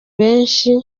benshi